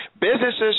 businesses